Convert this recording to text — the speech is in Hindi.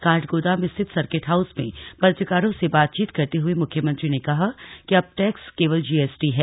काठगोदाम स्थित सर्किट हाउस में पत्रकारों से बात करते हुए मुख्यमंत्री ने कहा कि अब टैक्स केवल जीएसटी है